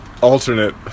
Alternate